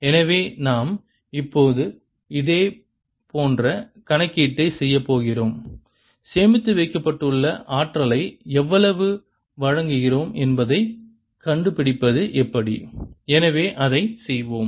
எனவே நாம் இப்போது இதேபோன்ற கணக்கீட்டைச் செய்யப் போகிறோம் சேமித்து வைக்கப்பட்டுள்ள ஆற்றலை எவ்வளவு வழங்குகிறோம் என்பதைக் கண்டுபிடிப்பது எப்படி எனவே அதைச் செய்வோம்